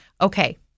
okay